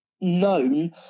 Known